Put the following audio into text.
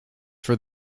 for